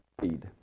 feed